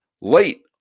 late